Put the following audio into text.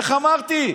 איך אמרתי,